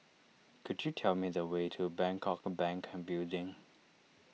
could you tell me the way to Bangkok Bank Building